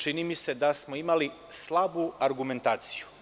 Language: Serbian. Čini mi se da smo imali slabu argumentaciju.